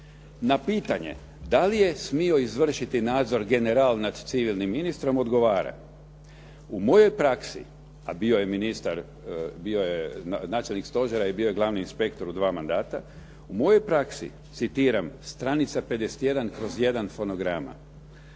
Na pitanje da li je smio izvršiti nadzor general nad civilnim ministrom odgovara: "U mojoj praksi", a bio je načelnik stožera i bio je glavni inspektor u dva mandata. "U mojoj praksi", citiram stranica 51/1 fonograma